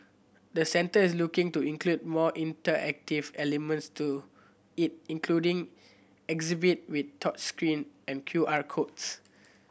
the centre is looking to include more interactive elements to it including exhibit with touch screen and Q R codes